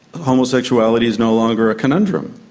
homosexuality is no longer a conundrum.